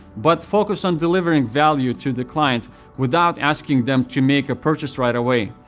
but focus on delivering value to the client without asking them to make a purchase right away.